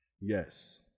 Yes